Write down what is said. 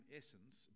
essence